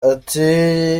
ati